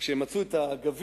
כשהם מצאו את הגביע